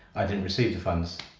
i didn't receive the funds.